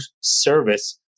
service